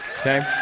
Okay